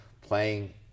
playing